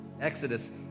Exodus